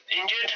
injured